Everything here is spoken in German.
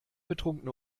betrunkene